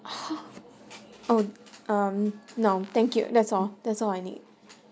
um um no thank you that's all that's all I need